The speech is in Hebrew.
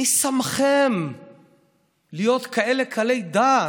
מי שמכם להיות כאלה קלי דעת?